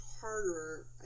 harder